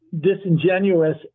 disingenuous